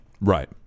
right